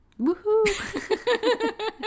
Woohoo